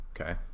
Okay